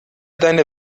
deine